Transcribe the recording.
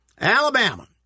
Alabama